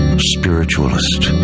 spiritualist,